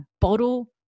bottle